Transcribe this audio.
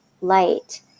light